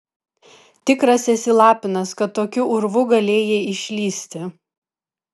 tikras esi lapinas kad tokiu urvu galėjai išlįsti